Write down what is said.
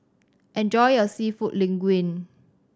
enjoy your Seafood Linguine